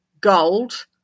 gold